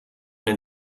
den